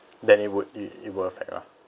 then it would it will affect lah